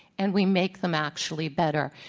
and we make them actually better.